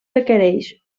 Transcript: requereix